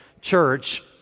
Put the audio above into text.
church